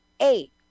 eight